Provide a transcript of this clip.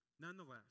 nonetheless